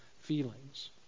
feelings